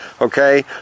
okay